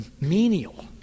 menial